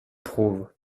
prouve